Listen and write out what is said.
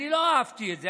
אני לא אהבתי את זה.